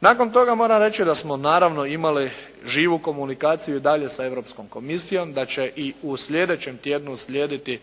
Nakon toga moram reći da smo naravno imali živu komunikaciju i dalje sa Europskom komisijom, da će i u sljedećem tjednu uslijediti